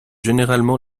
généralement